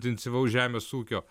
intensyvaus žemės ūkio